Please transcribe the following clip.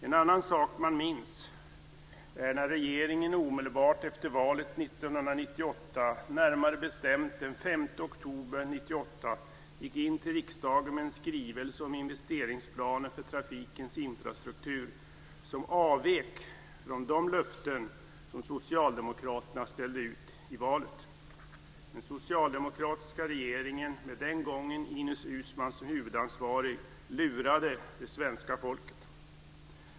En annan sak man minns är när regeringen omedelbart efter valet 1998 - närmare bestämt den 5 oktober 1998 - gick till riksdagen med en skrivelse om investeringsplaner för trafikens infrastruktur som avvek från de löften som socialdemokraterna ställde ut före valet. Den socialdemokratiska regeringen - den gången med Ines Uusmann som huvudansvarig - lurade det svenska folket.